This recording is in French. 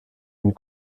une